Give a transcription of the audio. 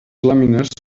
làmines